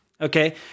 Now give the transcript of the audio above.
Okay